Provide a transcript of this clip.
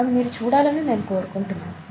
అవి మీరు చూడాలని నేను కోరుకుంటున్నాను